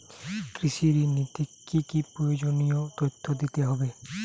কৃষি ঋণ নিতে কি কি প্রয়োজনীয় তথ্য দিতে হবে?